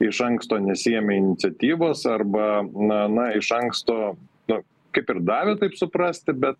iš anksto nesiėmė iniciatyvos arba na na iš anksto nu kaip ir davė taip suprasti bet